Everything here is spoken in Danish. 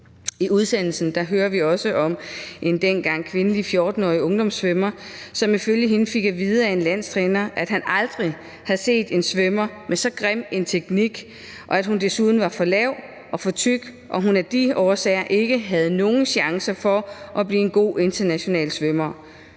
I udsendelsen hører vi også om en dengang kvindelig 14-årig ungdomssvømmer, som ifølge hende fik at vide af en landstræner, at han aldrig havde set en svømmer med så grim en teknik, og at hun desuden var for lav og for tyk, og at hun af de årsager ikke havde nogen chance for at blive en god international svømmer.